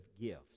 gifts